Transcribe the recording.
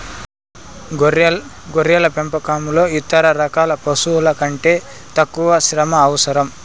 గొర్రెల పెంపకంలో ఇతర రకాల పశువుల కంటే తక్కువ శ్రమ అవసరం